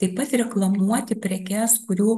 taip pat reklamuoti prekes kurių